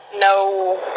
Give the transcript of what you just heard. no